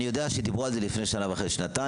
אני יודע שדיברו על זה לפני שנה וחצי-שנתיים,